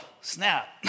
snap